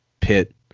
pit